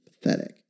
pathetic